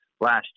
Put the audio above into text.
last